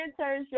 internship